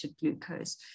glucose